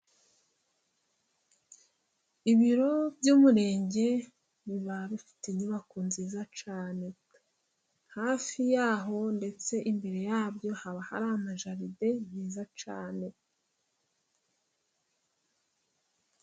Ibiro by'umurenge biba bifite inyubako nziza cyane. Hafi yaho ndetse imbere yabyo haba hari amajaride meza cyane.